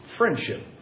Friendship